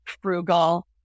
frugal